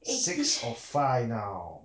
six O five now